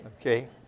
Okay